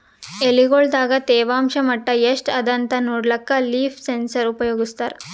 ಎಲಿಗೊಳ್ ದಾಗ ತೇವಾಂಷ್ ಮಟ್ಟಾ ಎಷ್ಟ್ ಅದಾಂತ ನೋಡ್ಲಕ್ಕ ಲೀಫ್ ಸೆನ್ಸರ್ ಉಪಯೋಗಸ್ತಾರ